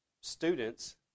students